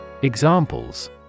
Examples